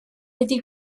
wedi